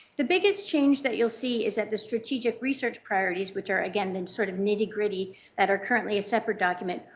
the biggest change that you will see is that the strategic research priorities, which are again the and sort of nitty-gritty that are currently a separate document,